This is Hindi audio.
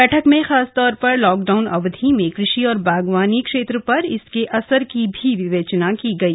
बैठक में खासतौर पर लॉकडाउन अवधि में कृषि और बागवानी क्षेत्र पर इसके असर की भी विवेचना की गई